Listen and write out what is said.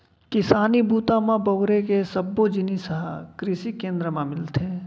किसानी बूता म बउरे के सब्बो जिनिस ह कृसि केंद्र म मिलथे